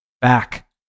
back